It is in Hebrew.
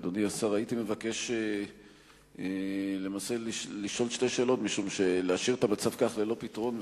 הייתי מבקש לשאול שתי שאלות משום שלהשאיר את המצב כך ללא פתרון,